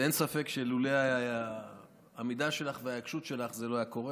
ואין ספק שלולא העמידה שלך וההתעקשות שלך זה לא היה קורה.